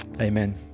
Amen